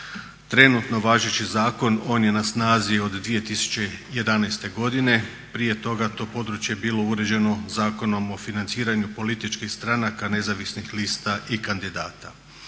Trenutno važeći zakon on je na snazi od 2011.godine, prije toga je to područje bilo uređeno Zakonom o financiranju političkih stranaka nezavisnih lista i kandidata.